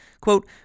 Quote